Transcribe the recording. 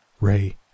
Ray